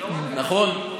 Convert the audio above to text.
לא, נכון.